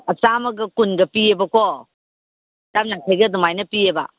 ꯆꯥꯝꯃꯒ ꯀꯨꯟꯒ ꯄꯤꯌꯦꯕꯀꯣ ꯆꯥꯝꯃ ꯌꯥꯡꯈꯩꯒ ꯑꯗꯨꯃꯥꯏꯅ ꯄꯤꯌꯦꯕ